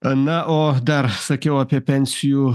a na o dar sakiau apie pensijų